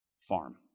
farm